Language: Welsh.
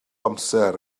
amser